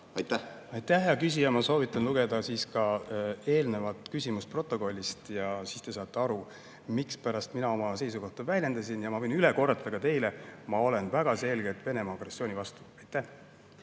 saada. Aitäh, hea küsija! Ma soovitan lugeda ka eelnevat küsimust protokollist, siis te saate aru, mispärast mina oma seisukohta väljendasin. Ja ma võin üle korrata ka teile: ma olen väga selgelt Venemaa agressiooni vastu. Aitäh,